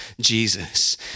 Jesus